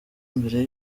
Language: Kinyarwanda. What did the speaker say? mbere